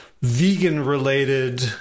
vegan-related